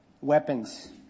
weapons